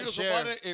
share